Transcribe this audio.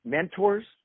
Mentors